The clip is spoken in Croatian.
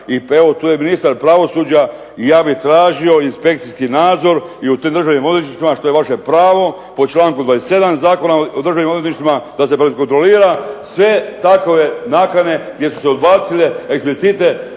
i evo tu je ministar pravosuđa i ja bi tražio inspekcijski nadzor i u tim državnim odvjetništvima što je vaše pravo po čl. 27. Zakona o Državnim odvjetništvima da se prekontrolira sve takove nakane gdje su se odbacile eksplicitne